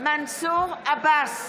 מנסור עבאס,